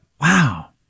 Wow